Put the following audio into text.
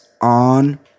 on